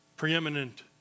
Preeminent